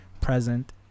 present